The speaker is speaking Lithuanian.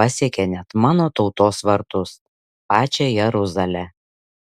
pasiekė net mano tautos vartus pačią jeruzalę